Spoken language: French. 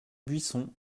buisson